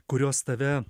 kurios tave